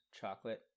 chocolate